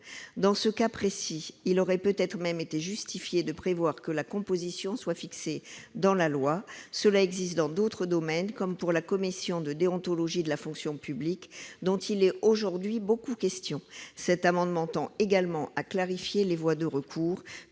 Dans ce cas précis, il aurait peut-être même été justifié de prévoir que la composition soit fixée dans la loi : cela existe dans d'autres domaines, comme pour la Commission de déontologie de la fonction publique dont il est aujourd'hui beaucoup question. Cet amendement tend également à clarifier les voies de recours,